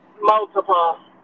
Multiple